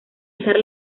fijar